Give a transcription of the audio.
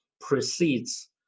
precedes